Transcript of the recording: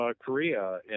Korea